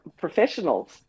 professionals